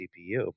cpu